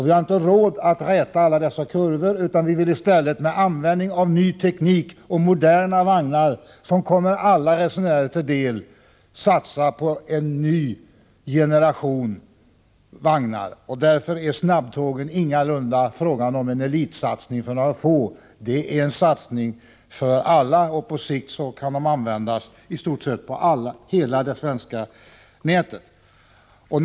Vi har inte råd att räta ut alla dessa kurvor, utan vi vill i stället med användning av ny teknik och moderna vagnar, som kommer alla resenärer till del, satsa på en ny generation vagnar. Snabbtågen är ingalunda avsedda bara för en elit, för några få. Snabbtågen är till för alla, och i stort sett kan de på sikt användas på hela det svenska järnvägsnätet.